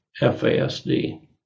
FASD